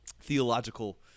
theological